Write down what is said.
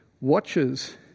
watches